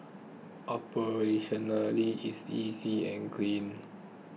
operationally it's easy and clean